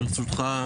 ברשותך,